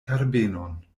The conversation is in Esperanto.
herbenon